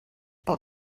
pel